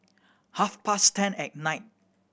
half past ten at night